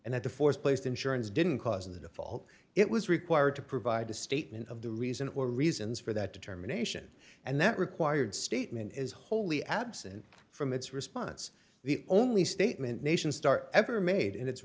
and that the force placed insurance didn't cause the default it was required to provide a statement of the reason or reasons for that determination and that required statement is wholly absent from its response the only statement nation star ever made in it